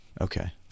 Okay